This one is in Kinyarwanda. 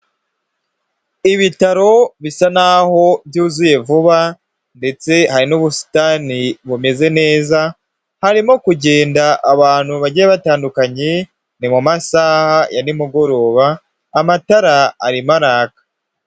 Ibitaro bisa naho byuzuye vuba ndetse hari n'ubusitani bumeze neza, harimo kugenda abantu bagiye batandukanye, ni mu masaha ya nimugoroba amatara arimo araka.